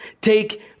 Take